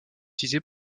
utilisé